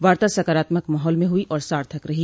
वार्ता सकारात्मक माहौल में हुई और सार्थक रही